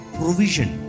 provision